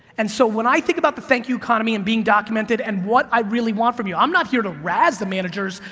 and so, when i think about the thank you economy and being documented and what i really want from you, i'm not here to raz the managers,